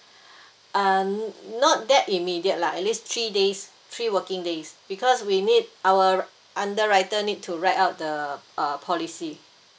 uh not that immediate lah at least three days three working days because we need our underwriter need to write out the uh policy